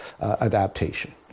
adaptation